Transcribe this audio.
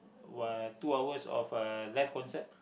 uh two hours of uh live concert